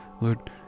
Lord